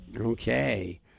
Okay